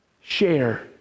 Share